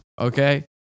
Okay